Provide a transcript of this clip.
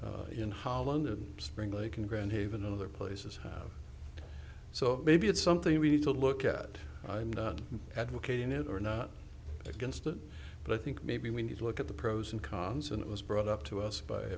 done in holland and spring lake in grand haven and other places have so maybe it's something we need to look at advocating it or not against it but i think maybe we need to look at the pros and cons and it was brought up to us by